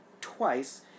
twice